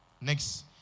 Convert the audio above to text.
Next